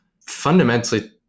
fundamentally